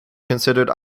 considered